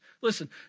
listen